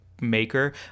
maker